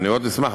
אני מאוד אשמח,